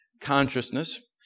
consciousness